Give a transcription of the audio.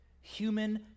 human